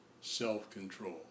self-control